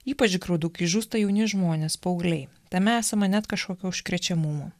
ypač graudu kai žūsta jauni žmonės paaugliai tame esama net kažkokio užkrečiamumo